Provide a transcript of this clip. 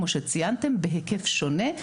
כמו שציינתם בהיקף שונה.